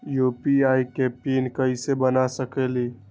UPI के PIN कैसे बना सकीले?